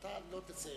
אתה לא תצא,